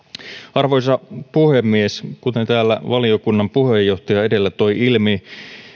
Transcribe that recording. arvoisa puhemies kuten täällä valiokunnan puheenjohtaja edellä toi ilmi